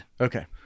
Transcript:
Okay